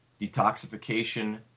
detoxification